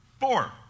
Four